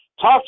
Talk